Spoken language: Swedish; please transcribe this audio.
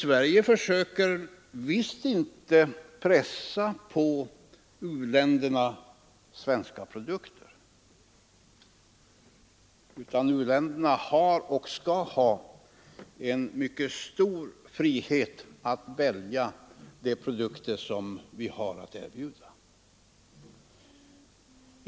Sverige försöker visst inte pressa på u-länderna svenska produkter, utan u-länderna har och skall ha en mycket stor frihet att välja de produkter som vi kan erbjuda.